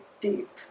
deep